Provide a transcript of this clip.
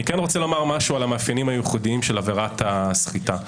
אני רוצה לומר משהו על המאפיינים הייחודיים של עבירת הסחיטה.